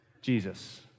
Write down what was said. Jesus